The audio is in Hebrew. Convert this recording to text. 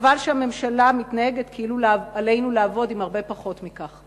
חבל שהממשלה מתנהגת כאילו עלינו לעבוד עם הרבה פחות מכך.